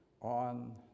on